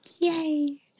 Yay